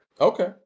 Okay